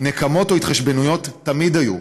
נקמות או התחשבנויות תמיד היו,